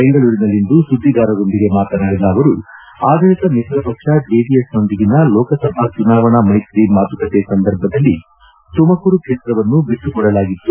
ಬೆಂಗಳೂರಿನಲ್ಲಿಂದು ಸುದ್ದಿಗಾರರೊಂದಿಗೆ ಮಾತನಾಡಿದ ಅವರು ಆಡಳಿತ ಮಿತ್ರ ಪಕ್ಷ ಜೆಡಿಎಸ್ನೊಂದಿಗಿನ ಲೋಕಸಭಾ ಚುನಾವಣಾ ಮೈತ್ರಿ ಮಾತುಕತೆ ಸಂದರ್ಭದಲ್ಲಿ ತುಮಕೂರು ಕ್ಷೇತ್ರವನ್ನು ಬಿಟ್ಟುಕೊಡಲಾಗಿತ್ತು